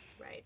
right